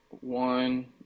one